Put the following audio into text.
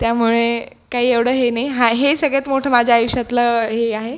त्यामुळे काही एवढं हे नाही हा हे सगळ्यात मोठं माझ्या आयुष्यातलं हे आहे